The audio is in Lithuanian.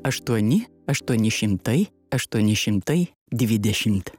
aštuoni aštuoni šimtai aštuoni šimtai dvidešimt